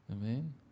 Amen